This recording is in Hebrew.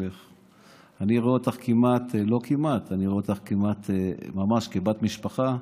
אני רואה אותך כמעט, לא כמעט, ממש כבת משפחה.